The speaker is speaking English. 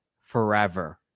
forever